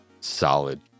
solid